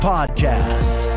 Podcast